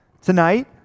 tonight